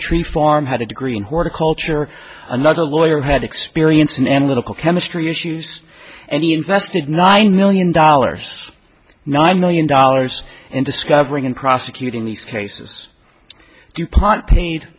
tree farm had a degree in horticulture another lawyer had experience in analytical chemistry issues and he invested ninety million dollars nine million dollars in discovering and prosecuting these cases dupont paid